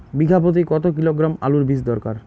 বিঘা প্রতি কত কিলোগ্রাম আলুর বীজ দরকার?